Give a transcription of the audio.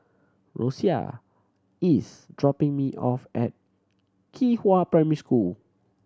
Rosia is dropping me off at Qihua Primary School